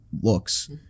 looks